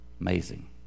Amazing